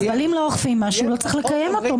אם לא אוכפים משהו, לא צריך לקיים אותו.